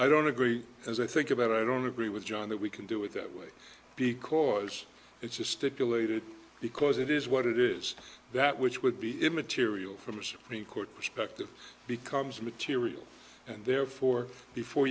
i don't agree as i think about it i don't agree with john that we can do it that way because it's a stipulated because it is what it is that which would be immaterial from a supreme court perspective becomes material and therefore before